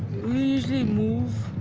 we usually move,